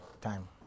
time